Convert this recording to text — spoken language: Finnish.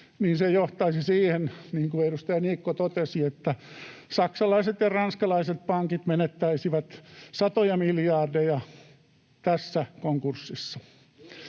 se johtaisi siihen, niin kuin edustaja Niikko totesi, että saksalaiset ja ranskalaiset pankit menettäisivät satoja miljardeja tässä konkurssissa.